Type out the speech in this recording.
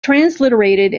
transliterated